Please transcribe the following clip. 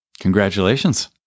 Congratulations